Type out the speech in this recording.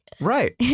Right